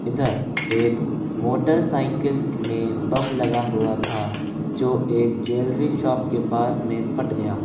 इधर एक मोटरसाइकिल में बम लगा हुआ था जो एक ज्वेलरी शॉप के पास में फट गया